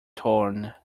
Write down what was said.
torn